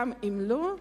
גם אם לא,